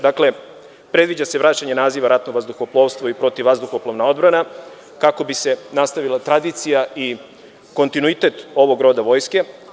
Dakle, predviđa se vraćanje naziva ratno vazduhoplovstvo i protivvazduhoplovna odbrana, kako bi se nastavila tradicija i kontinuitet ovog roda vojske.